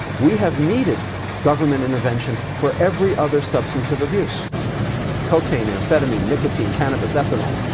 we have needed government intervention for every other substance of abuse cocaine, amphetamine, nicotine, cannabis, ethanol,